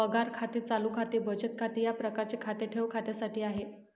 पगार खाते चालू खाते बचत खाते या प्रकारचे खाते ठेव खात्यासाठी आहे